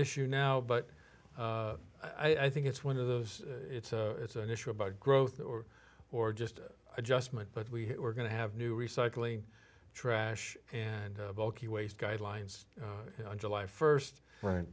issue now but i think it's one of those it's a it's an issue about growth or or just adjustment but we are going to have new recycling trash and bulky waste guidelines on july first right